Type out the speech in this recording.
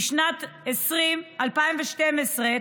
בשנת 2012,